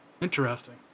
Interesting